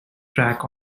track